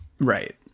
Right